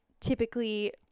typically